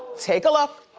take a look.